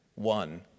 one